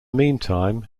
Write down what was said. meantime